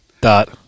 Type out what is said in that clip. Dot